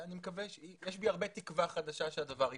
יש בי הרבה תקווה חדשה שהדבר ייפתר.